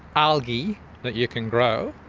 algae that you can grow,